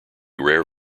rare